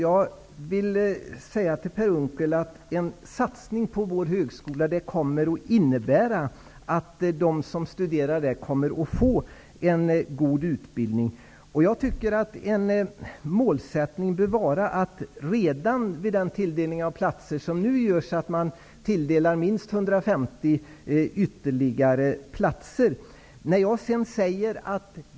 Herr talman! En satsning på vår högskola innebär att de som studerar där kommer att få en god utbildning. En målsättning bör vara att man tilldelar minst ytterligare 150 platser redan vid den tilldelning som nu görs.